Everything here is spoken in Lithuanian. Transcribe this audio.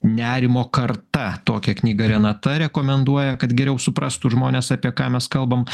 nerimo karta tokią knygą renata rekomenduoja kad geriau suprastų žmones apie ką mes kalbam